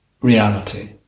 reality